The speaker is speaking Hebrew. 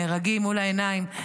נהרגים מול העיניים,